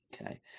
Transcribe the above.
Okay